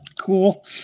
Cool